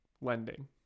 lending